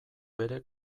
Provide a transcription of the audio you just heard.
bere